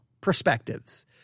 perspectives